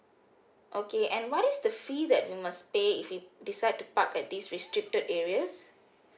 okay and what is the fee that we must pay if we decode to park at this restricted areas